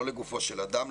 לא לגופו של אדם,